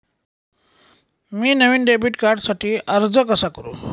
मी नवीन डेबिट कार्डसाठी अर्ज कसा करु?